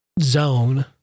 zone